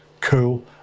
Cool